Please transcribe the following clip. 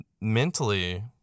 mentally